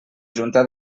junta